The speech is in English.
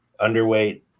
Underweight